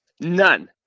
None